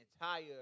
entire